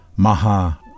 Maha